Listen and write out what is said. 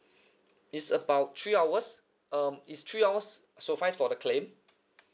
it's about three hours um is three hours suffice for the claim